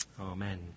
Amen